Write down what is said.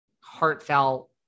heartfelt